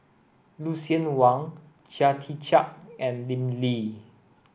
Lucien Wang Chia Tee Chiak and Lim Lee